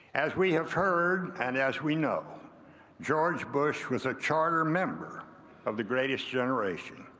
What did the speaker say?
as we have heard and as we know george bush was a charter member of the greatest generation.